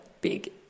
big